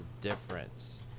difference